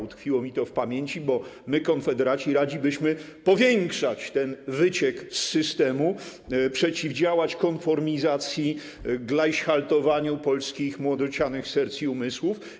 Utkwiło mi to w pamięci, bo my, konfederaci, radzi byśmy powiększać ten wyciek z systemu, przeciwdziałać konformizacji, gleichhaltowaniu polskich młodocianych serc i umysłów.